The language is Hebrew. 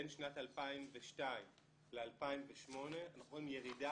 בין שנת 2002 ל-2008 אנחנו רואים ירידה